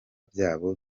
byabo